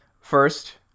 first